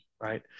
right